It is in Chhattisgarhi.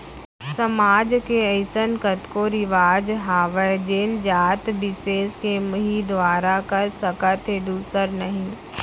समाज के अइसन कतको रिवाज हावय जेन जात बिसेस के मन ही कर सकत हे दूसर नही